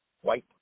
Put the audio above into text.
white